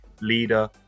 leader